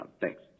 thanks